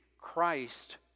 Christ